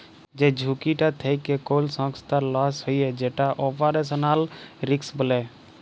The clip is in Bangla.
যে ঝুঁকিটা থেক্যে কোল সংস্থার লস হ্যয়ে যেটা অপারেশনাল রিস্ক বলে